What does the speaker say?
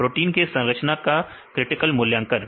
protein के संरचना का क्रिटिकल मूल्यांकन